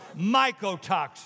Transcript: mycotoxins